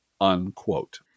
unquote